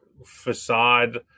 facade